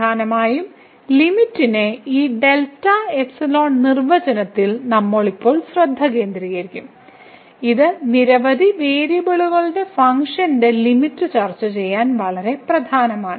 പ്രധാനമായും ലിമിറ്റിന്റെ ഈ ഡെൽറ്റ എപ്സിലോൺ നിർവചനത്തിൽ നമ്മൾ ഇപ്പോൾ ശ്രദ്ധ കേന്ദ്രീകരിക്കും ഇത് നിരവധി വേരിയബിളുകളുടെ ഫങ്ക്ഷനുകളുടെ ലിമിറ്റ് ചർച്ച ചെയ്യാൻ വളരെ പ്രധാനമാണ്